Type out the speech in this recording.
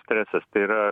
stresas tai yra